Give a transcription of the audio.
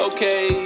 Okay